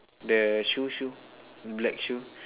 the shoe shoe black shoe